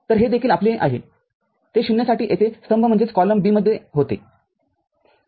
तर हे देखील आपले आहे ते शून्यसाठी तेथे स्तंभ b मध्ये होते